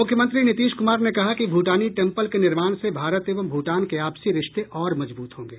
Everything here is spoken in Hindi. मुख्यमंत्री नीतीश कुमार ने कहा कि भूटानी टेंपल के निर्माण से भारत एवं भूटान के आपसी रिश्ते और मजबूत होंगे